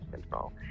control